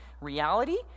reality